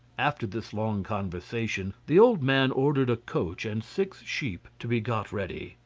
after this long conversation the old man ordered a coach and six sheep to be got ready,